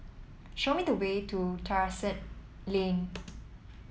show me the way to Terrasse Lane